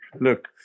Look